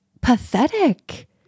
pathetic